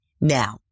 Now